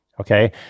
Okay